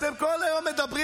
אתם כל היום מדברים,